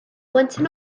blentyn